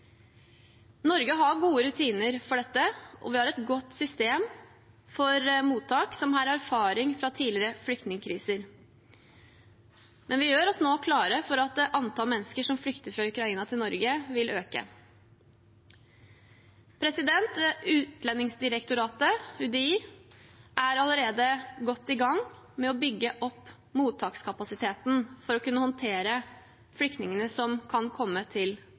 Norge har gode rutiner for dette, og vi har et godt mottakssystem som har erfaring fra tidligere flyktningkriser. Vi gjør oss nå klare for at antallet mennesker som flykter fra Ukraina til Norge, vil øke. Utlendingsdirektoratet, UDI, er allerede godt i gang med å bygge opp mottakskapasiteten for å kunne håndtere flyktningene som kan komme til